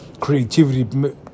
creativity